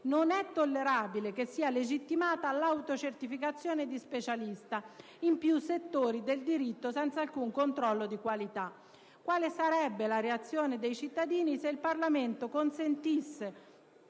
non è tollerabile che sia legittimata l'autocertificazione di specialista in più settori del diritto senza alcun controllo di qualità. Quale sarebbe la reazione dei cittadini se il Parlamento consentisse